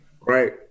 right